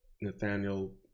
Nathaniel